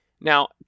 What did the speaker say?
Now